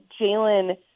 Jalen